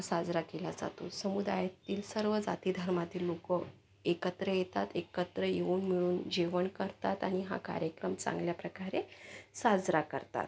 साजरा केला जातो समुदायातील सर्व जाती धर्मातील लोक एकत्र येतात एकत्र येऊन मिळून जेवण करतात आणि हा कार्यक्रम चांगल्या प्रकारे साजरा करतात